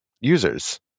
users